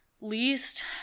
Least